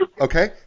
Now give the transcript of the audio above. okay